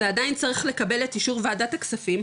זה עדיין צריך לקבל את אישור וועדת הכספים,